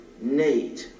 need